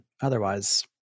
otherwise